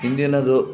ಹಿಂದಿನದು